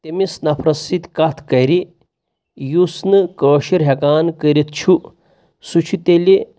تٔمِس نفرس سۭتۍ کتھ کرِ یُس نہٕ کٲشُر ہٮ۪کان کٔرِتھ چھُ سُہ چھُ تیٚلہِ